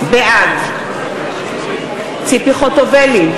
בעד ציפי חוטובלי,